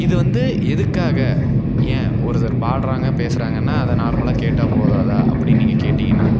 இது வந்து எதுக்காக ஏன் ஒருத்தர் பாடுறாங்க பேசுறாங்கன்னால் அதை நார்மலாக கேட்டால் போதாதா அப்படினு நீங்கள் கேட்டிங்கன்னால்